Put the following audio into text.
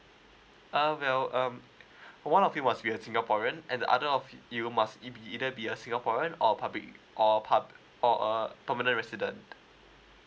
uh well um one of it was your singaporean and the other of you you must it be either be a singaporean or public or pub~ for a permanent resident